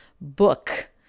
book